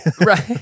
right